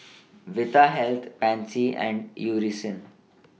Vitahealth Pansy and Eucerin